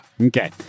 Okay